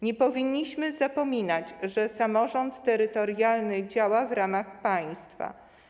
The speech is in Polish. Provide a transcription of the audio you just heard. Nie powinniśmy zapominać, że samorząd terytorialny działa w ramach państwa.